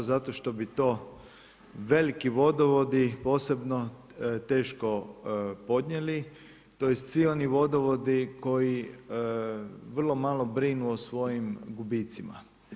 Zato što bi to veliki vodovodi posebno teško podnijeli, tj. svi oni vodovodi koji vrlo malo brinu o svojim gubitcima.